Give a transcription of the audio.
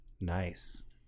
Nice